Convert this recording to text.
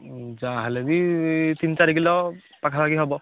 ଯାହା ହେଲେବି ତିନି ଚାରି କିଲୋ ପାଖାପାଖି ହେବ